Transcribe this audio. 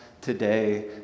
today